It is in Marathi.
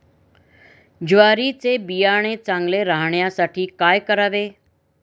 ज्वारीचे बियाणे चांगले राहण्यासाठी काय करावे?